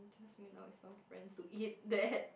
I jsut went out with some friends to eat that